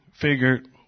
figured